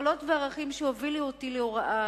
יכולות וערכים שהובילו אותי להוראה,